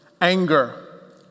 Anger